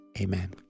Amen